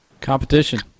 Competition